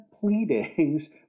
pleadings